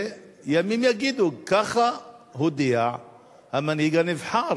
וימים יגידו, ככה הודיע המנהיג הנבחר.